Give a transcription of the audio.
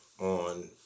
on